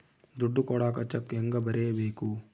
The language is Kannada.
ದುಡ್ಡು ಕೊಡಾಕ ಚೆಕ್ ಹೆಂಗ ಬರೇಬೇಕು?